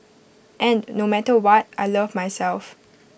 and no matter what I love myself